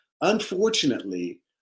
unfortunately